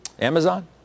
Amazon